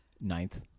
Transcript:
Ninth